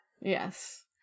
Yes